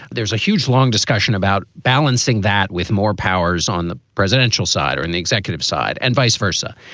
there's a huge long discussion about balancing that with more powers on the presidential side or in the executive side and vice versa.